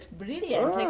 brilliant